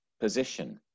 position